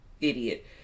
idiot